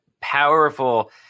powerful